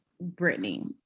Brittany